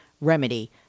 remedy